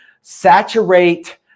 saturate